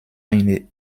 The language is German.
eine